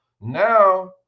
now